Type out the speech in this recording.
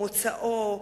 מוצאו,